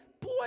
boy